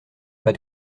pas